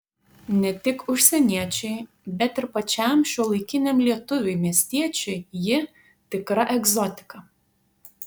ne tik užsieniečiui bet ir pačiam šiuolaikiniam lietuviui miestiečiui ji tikra egzotika